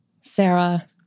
Sarah